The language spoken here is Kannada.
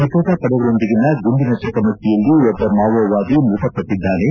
ಭದ್ರತಾ ಪಡೆಗಳೊಂದಿಗಿನ ಗುಂಡಿನ ಚಕಮಕಿಯಲ್ಲಿ ಒಬ್ಬ ಮಾವೋವಾದಿ ಮೃತಪಟ್ಟಿದ್ದಾನೆ